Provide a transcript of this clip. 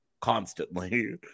constantly